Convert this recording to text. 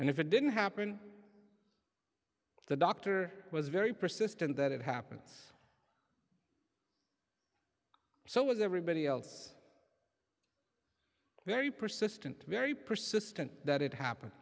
and if it didn't happen the dr was very persistent that it happens so was everybody else very persistent very persistent that it happen